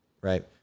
right